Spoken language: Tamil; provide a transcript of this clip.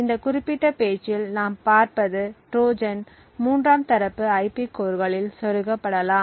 இந்த குறிப்பிட்ட பேச்சில் நாம் பார்ப்பது ட்ரோஜான்கள் மூன்றாம் தரப்பு ஐபி கோர்களில் சொருகப்படலாம்